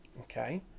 okay